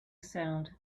sound